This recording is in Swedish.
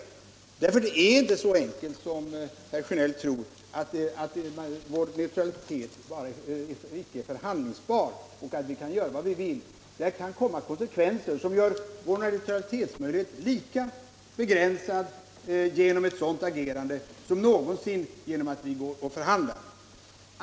Det är inte så enkelt som herr Sjönell tror, att vår neutralitet inte är förhandlingsbar och att vi kan göra vad vi vill. Ett sådant agerande kan få konsekvenser som försvårar vår neutralitetspolitik lika mycket som om man skulle förhandla.